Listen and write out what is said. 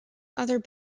other